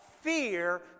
fear